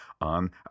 on